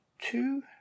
two